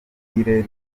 ruhire